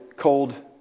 cold